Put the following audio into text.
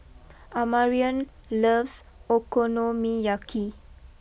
Amarion loves Okonomiyaki